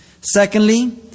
Secondly